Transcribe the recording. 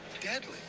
deadly